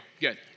Good